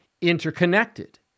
interconnected